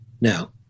Now